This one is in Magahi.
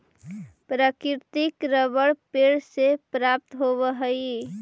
प्राकृतिक रबर पेड़ से प्राप्त होवऽ हइ